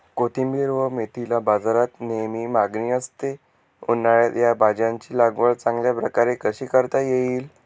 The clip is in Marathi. कोथिंबिर व मेथीला बाजारात नेहमी मागणी असते, उन्हाळ्यात या भाज्यांची लागवड चांगल्या प्रकारे कशी करता येईल?